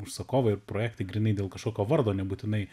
užsakovai ir projektai grynai dėl kažkokio vardo nebūtinai